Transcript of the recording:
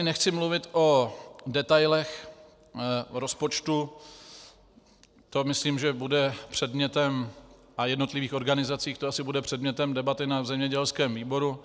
Nechci tady mluvit o detailech rozpočtu, to myslím, že bude předmětem a v jednotlivých organizacích to asi bude předmětem debaty na zemědělském výboru.